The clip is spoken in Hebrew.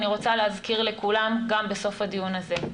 אני רוצה להזכיר לכולם גם בסוף הדיון הזה,